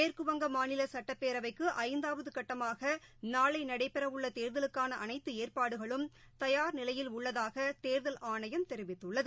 மேற்குவங்க மாநிலசட்டப்பேரவைக்குஐந்தாவதுகட்டமாகநாளைநடைபெறவுள்ளதேர்தலுக்கானஅனைத்துஏற்பாடுக ளும் தயார் நிலையில் உள்ளதாகதோதல் ஆணையம் தெரிவித்துள்ளது